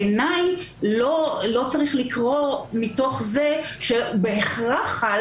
בעיני לא צריך לקרוא מתוך זה שבהכרח חל